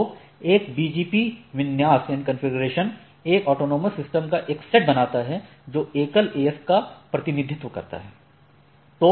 तो एक BGP विन्यास एक ऑटॉनमस सिस्टम का एक सेट बनाता है जो एकल AS का प्रतिनिधित्व करता है